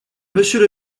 monsieur